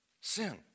sin